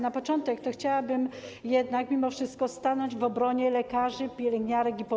Na początek chciałabym jednak mimo wszystko stanąć w obronie lekarzy, pielęgniarek i położnych.